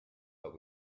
but